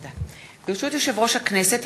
ברשות יושב-ראש הכנסת,